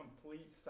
complete